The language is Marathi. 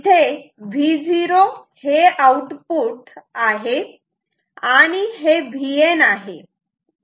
इथे Vo हे आउटपुट आहे आणि हे Vn आहे